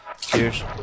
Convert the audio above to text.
Cheers